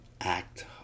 act